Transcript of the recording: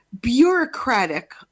bureaucratic